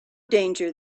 danger